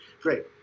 Great